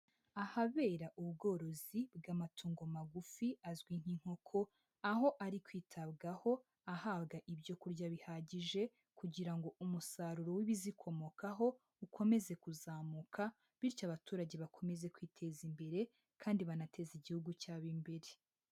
Ahabera ubworozi bw'amatongo magufi azwi nk'inkoko, aho ari kwitabwaho ahaga ibyo kurya bihagije kugira ngo umusaruro w'ibizikomokaho ukomeze kuzamuka, bityo abaturage bakomeze kwiteza imbere kandi banateza igihugu cyabo imbere.